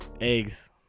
Eggs